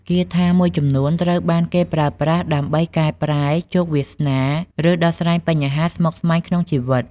គាថាមួយចំនួនត្រូវបានគេប្រើប្រាស់ដើម្បីកែប្រែជោគវាសនា ឬដោះស្រាយបញ្ហាស្មុគស្មាញក្នុងជីវិត។